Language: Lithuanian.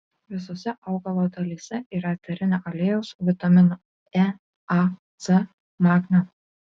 visose augalo dalyse yra eterinio aliejaus vitaminų e a c magnio